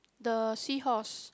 the seahorse